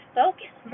focus